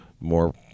more